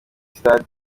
stage